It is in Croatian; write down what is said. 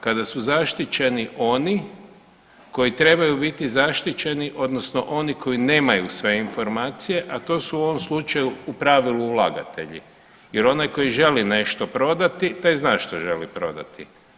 Kada su zaštićeni oni koji trebaju biti zaštićeni odnosno oni koji nemaju sve informacije, a to su u ovom slučaju u pravilu ulagatelji jer onaj koji želi nešto prodati taj zna što želi prodati.